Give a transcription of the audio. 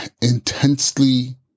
intensely